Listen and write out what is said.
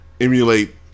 emulate